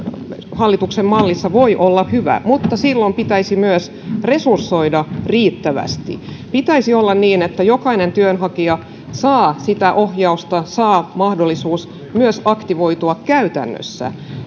hallituksen mallissa voi olla hyvä mutta silloin pitäisi myös resursoida riittävästi pitäisi olla niin että jokainen työnhakija saa sitä ohjausta ja saa mahdollisuuden myös aktivoitua käytännössä